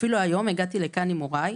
אפילו היום הגעתי לכאן עם הוריי,